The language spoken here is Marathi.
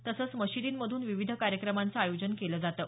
तसंच मशिदींमधून विविध कार्यक्रमांचं आयोजन केलं जातं